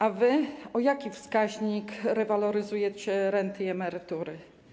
A wy o jaki wskaźnik rewaloryzujecie renty i emerytury?